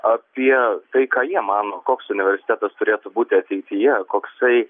apie tai ką jie mano koks universitetas turėtų būti ateityje koksai